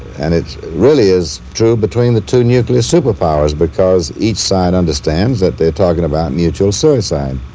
and it really is true between the two nuclear superpowers because each side understands that they're talking about mutual suicide.